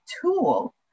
tool